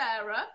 Sarah